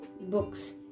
books